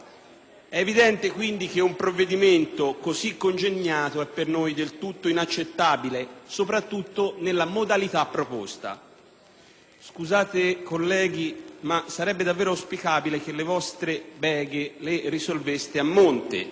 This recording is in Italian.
È evidente che un provvedimento così congegnato è per noi del tutto inaccettabile soprattutto nella modalità proposta. Scusate, colleghi, ma sarebbe davvero auspicabile che le vostre beghe le risolveste a monte,